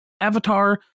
Avatar